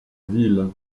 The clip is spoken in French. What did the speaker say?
ville